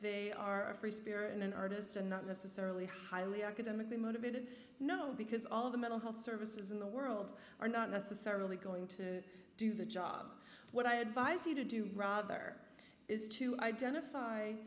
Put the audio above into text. they are a free spirit in an artist and not necessarily highly academically motivated no because all of the mental health services in the world are not necessarily going to do the job what i advise you to do rather is to identify